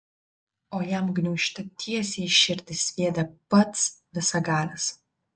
o jam gniūžtę tiesiai į širdį sviedė pats visagalis